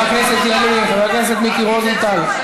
חבר הכנסת ילין, חבר הכנסת מיקי רוזנטל.